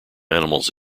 animals